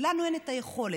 לנו אין את היכולת.